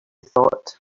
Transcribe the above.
thought